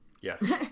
yes